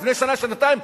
לפני שנה-שנתיים,